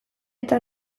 eta